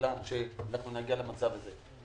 שנגיע למצב הזה.